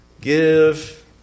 give